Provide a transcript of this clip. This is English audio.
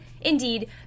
indeed